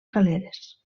galeres